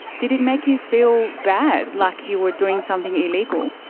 did it make you feel bad? like you were doing something illegal?